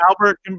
Albert